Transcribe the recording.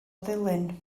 ddulyn